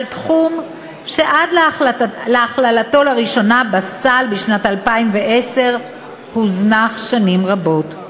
על תחום שעד להכללתו לראשונה בסל בשנת 2010 הוזנח שנים רבות.